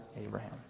Abraham